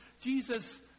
Jesus